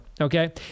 Okay